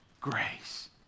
grace